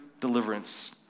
deliverance